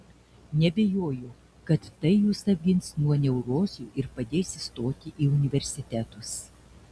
neabejoju kad tai jus apgins nuo neurozių ir padės įstoti į universitetus